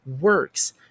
works